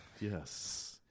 yes